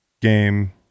game